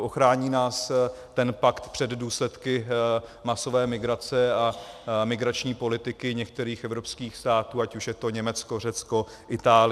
Ochrání nás ten pakt před důsledky masové migrace a migrační politiky některých evropských států, ať už je to Německo, Řecko, Itálie?